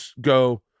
go